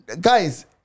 guys